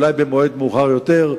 אולי במועד מאוחר יותר,